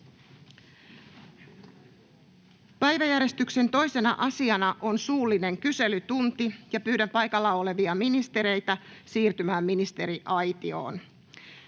Päiväjärjestyksen 2. asiana on suullinen kyselytunti. Pyydän paikalla olevia ministereitä siirtymään ministeriaitioon.